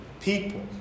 people